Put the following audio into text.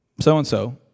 So-and-so